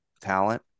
talent